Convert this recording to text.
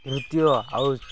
ନୃତ୍ୟ ଆଉ